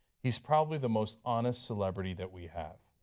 he is probably the most honest celebrity that we have.